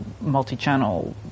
multi-channel